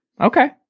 Okay